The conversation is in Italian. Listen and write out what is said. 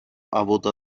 avuto